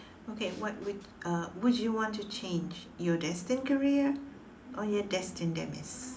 okay what would uh would you want to change your destined career or your destined demise